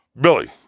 Billy